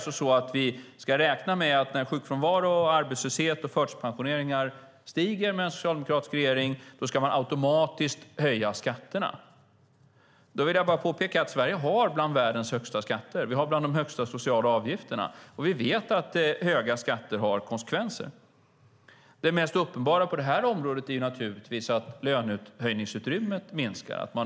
Ska vi räkna med att när sjukfrånvaro, arbetslöshet och förtidspensioneringar stiger med en socialdemokratisk regering ska man automatiskt höja skatterna? Då vill jag bara påpeka att Sverige har bland världens högsta skatter. Vi har bland de högsta sociala avgifterna, och vi vet att höga skatter har konsekvenser. Det mest uppenbara på det här området är naturligtvis att lönehöjningsutrymmet minskar.